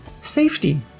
safety